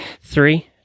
Three